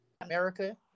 America